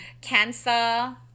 Cancer